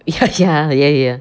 ya ya ya ya